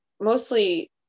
mostly